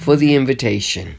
for the invitation